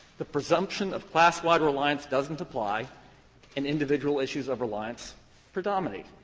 the presumption of class-wide reliance doesn't apply and individual issues of reliance predominate.